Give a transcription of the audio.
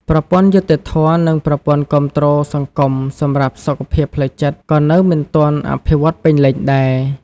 ប្រព័ន្ធយុត្តិធម៌ និងប្រព័ន្ធគាំទ្រសង្គមសម្រាប់សុខភាពផ្លូវចិត្តក៏នៅមិនទាន់អភិវឌ្ឍន៍ពេញលេញដែរ។